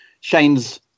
Shane's